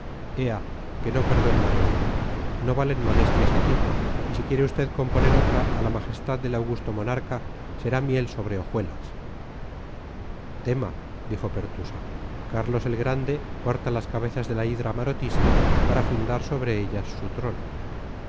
ea que no perdono la décima no valen modestias aquí y si quiere usted componer otra a la majestad del augusto monarca será miel sobre hojuelas tema dijo pertusa carlos el grande corta las cabezas de la hidra marotista para fundar sobre ellas su trono